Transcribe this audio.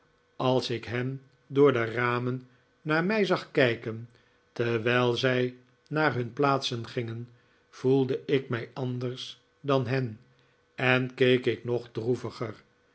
als ik hen door de ramen naar mij zag kijken terwijl zij naar hun plaatsen gingen voelde ik mij anders dan hen en keek ik nog droeviger